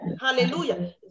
hallelujah